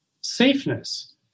safeness